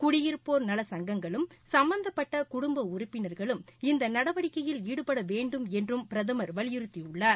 குடியிருப்போர் நலச் சங்கங்களும் சும்பந்தப்பட்ட குடும்ப உறுப்பினர்களும் இந்த நடவடிக்கையில் ஈடுபட வேண்டும் என்றும் பிரதமர் வலியுறுத்தியுள்ளார்